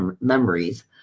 memories